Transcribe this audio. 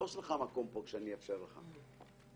"הוספת סעיפים 9א1 עד 9ד